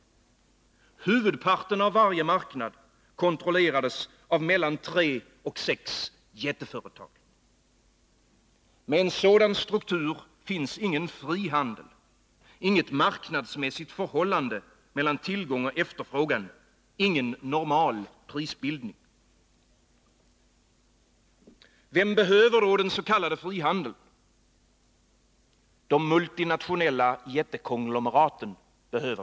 Huvudparten av varje marknad kontrollerades av mellan tre och sex jätteföretag. Med en sådan struktur finns ingen fri handel, inget marknadsmässigt förhållande mellan tillgång och efterfrågan, ingen normal prisbildning. Vem behöver då den s.k. frihandeln? Det gör de multinationella jättekonglomeraten.